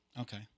Okay